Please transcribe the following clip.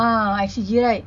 ah I_C_G right